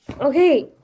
Okay